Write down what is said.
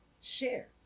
share